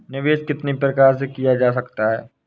निवेश कितनी प्रकार से किया जा सकता है?